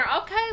Okay